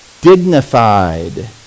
dignified